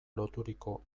loturiko